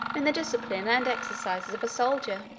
in the discipline and exercises of a soldier.